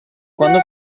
quando